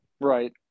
right